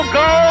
go